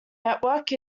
network